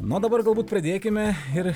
nu o dabar galbūt pradėkime ir